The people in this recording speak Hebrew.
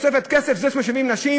בתוספת כסף משלבים נשים,